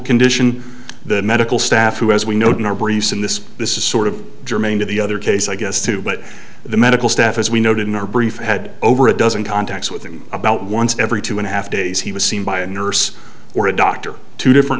condition the medical staff who as we note in our briefs in this this is sort of germane to the other case i guess too but the medical staff as we noted in our brief had over a dozen contacts with him about once every two and a half days he was seen by a nurse or a doctor two different